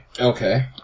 Okay